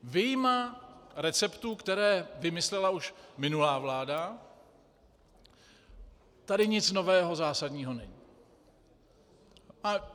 Vyjma receptů, které vymyslela už minulá vláda, tady nic nového zásadního není.